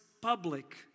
public